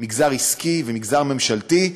מגזר עסקי ומגזר ממשלתי,